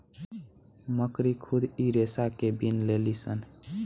मकड़ी खुद इ रेसा के बिन लेलीसन